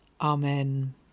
Amen